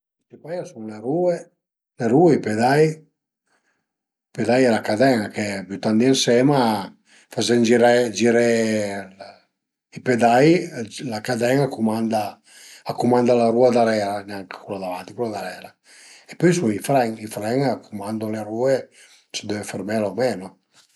A i sun le rue, le rue e i pedai, i pedai e la caden-a che bütandie ënsema fazend giré giré i pedai la caden-a a cumanda a cumanda la rua darera, nen cula davanti, cula darera e pöi a i sun i fren, i fren a cumandu le rue se deve fermela o menu